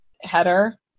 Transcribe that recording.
header